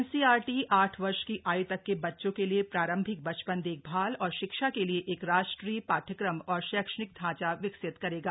NC रटी ठ वर्ष की यु तक के बच्चों के लिए प्रारंभिक बचपन देखभाल और शिक्षा के लिए एक राष्ट्रीय पाठ्यक्रम और शक्षणिक ढांचा विकसित करेगा